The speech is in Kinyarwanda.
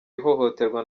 ihohoterwa